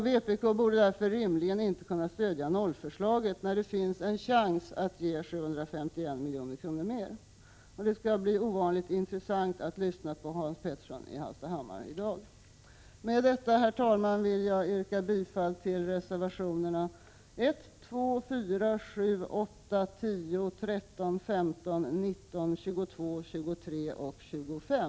Vpk borde därför rimligen inte kunna stödja nollförslaget, när det finns en chans att ge 751 milj.kr. mer. Det skall bli ovanligt intressant att lyssna på Hans Petersson i Hallstahammar i dag. Med detta, herr talman, vill jag yrka bifall till reservationerna 1, 2,4, 7,8, 10, 13, 15, 19, 22, 23 och 25.